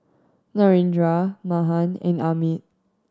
Narendra Mahan and Amit